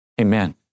Amen